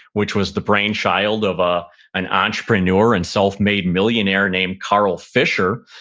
which was the brainchild of ah an entrepreneur and self-made millionaire named carl fisher.